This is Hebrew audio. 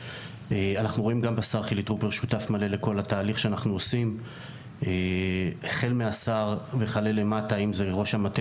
כשהוא אומר אגודה, האם זה מגיע